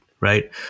right